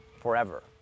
forever